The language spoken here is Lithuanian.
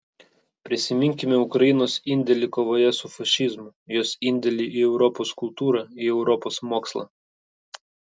prisiminkime ukrainos indėlį kovoje su fašizmu jos indėlį į europos kultūrą į europos mokslą